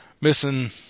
missing